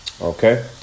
Okay